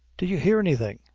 did you hear anything?